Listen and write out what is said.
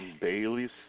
Bailey's